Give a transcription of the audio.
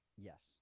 Yes